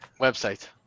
website